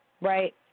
Right